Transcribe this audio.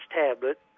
tablet